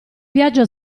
viaggio